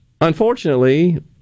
unfortunately